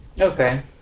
Okay